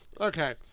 Okay